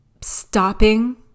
stopping